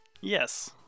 Yes